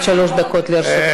אם אתה תחשוב מה זה אומר,